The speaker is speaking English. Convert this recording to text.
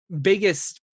biggest